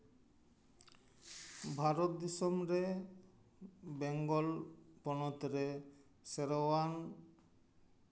ᱵᱷᱟᱨᱚᱛ ᱫᱤᱥᱚᱢ ᱨᱮ ᱵᱮᱝᱜᱚᱞ ᱯᱚᱱᱚᱛ ᱨᱮ ᱥᱮᱨᱣᱟᱝ